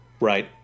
right